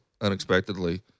unexpectedly